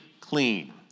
clean